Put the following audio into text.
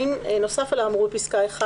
(2)נוסף על האמור בפסקה (1),